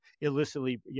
illicitly